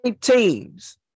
teams